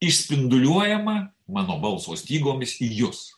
išspinduliuojama mano balso stygoms į jus